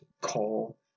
call